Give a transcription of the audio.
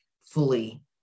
fully